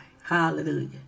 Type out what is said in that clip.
Hallelujah